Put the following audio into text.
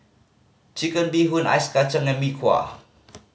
Chicken Bee Hoon ice kacang and Mee Kuah